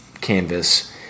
canvas